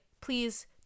please